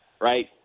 right